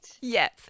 yes